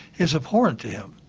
is abhorrent to him.